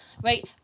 right